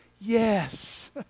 Yes